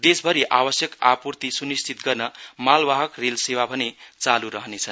देशभरि आवश्यक आपूर्ति सुनिश्चित गर्न मालवाहक रेल सेवा भने चालु राखिने छ